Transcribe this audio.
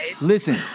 listen